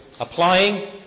applying